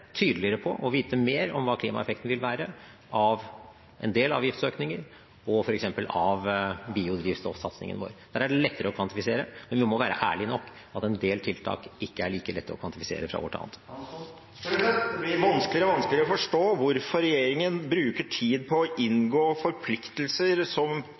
tydeligere på og vite mer om hva klimaeffekten av en del avgiftsøkninger og f.eks. av biodrivstoffsatsingen vår vil være. Der er det lettere å kvantifisere, men vi må være ærlige nok på at en del tiltak ikke er like lett å kvantifisere fra år til annet. Det blir vanskeligere og vanskeligere å forstå hvorfor regjeringen bruker tid på å inngå forpliktelser som